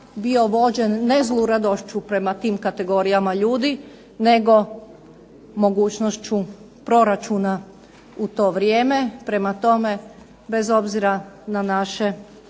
bio vođen ne zluradošću prema tim kategorijama ljudi, nego mogućnošću proračuna u to vrijeme. Prema tome, bez obzira na naše